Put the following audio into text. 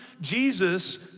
Jesus